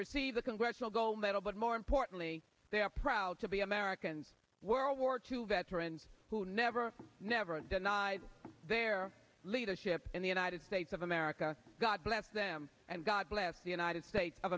receive the congressional gold medal but more importantly they are proud to be americans world war two veterans who never never denied their leadership in the united states of america god bless them and god bless the united states of